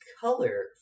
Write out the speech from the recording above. color